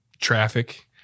traffic